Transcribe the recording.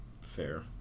fair